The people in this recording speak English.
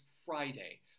Friday